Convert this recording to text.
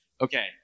okay